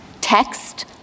Text